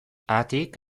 haatik